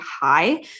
high